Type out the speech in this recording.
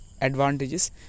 advantages